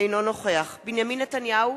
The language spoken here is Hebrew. אינו נוכח בנימין נתניהו,